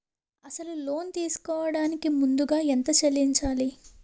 అసలు లోన్ తీసుకోడానికి ముందుగా ఎంత చెల్లించాలి?